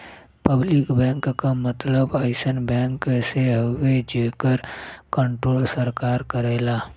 public bank क मतलब अइसन बैंक से हउवे जेकर कण्ट्रोल सरकार करेला